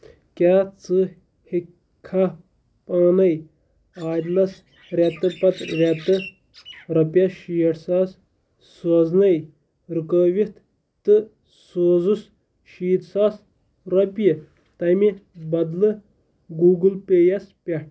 کیٛاہ ژٕ ہؠکِکھا پانے عادِلس رٮ۪تہٕ پَتہٕ رٮ۪تہٕ رۄپیَس شیٹھ ساس سوزنے رُکٲوِِتھ تہٕ سوزُس شیٖتھ ساس رۄپیہِ تَمہِ بدلہٕ گوٗگل پیٚے یَس پؠٹھ